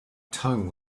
tongue